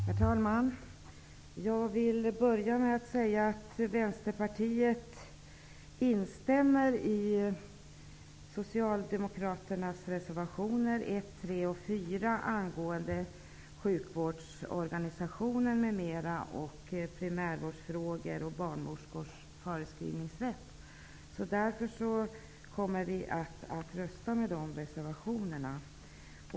Herr talman! Jag vill börja med att säga att Vänsterpartiet instämmer i Socialdemokraternas reservationer 1, 3 och 4 angående sjukvårdsorganisationen m.m., primärvårdsfrågor och barnmorskors förskrivningsrätt. Därför kommer vi att rösta för de reservationerna.